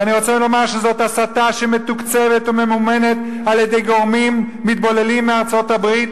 וזאת הסתה שמתוקצבת וממומנת על-ידי גורמים מתבוללים מארצות-הברית,